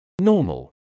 Normal